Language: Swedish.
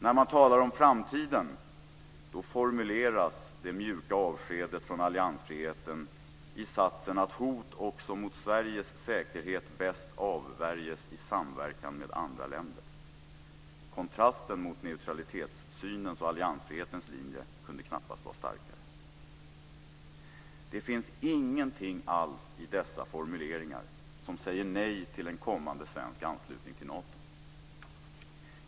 När man talar om framtiden formuleras det mjuka avskedet från alliansfriheten i påståendet att hot också mot Sveriges säkerhet bäst avvärjs i samverkan med andra länder. Kontrasten mot neutralitetssynens och alliansfrihetens linje kunde knappast vara starkare! Det finns ingenting alls i dessa formuleringar som innebär ett nej till en kommande svensk anslutning till Nato.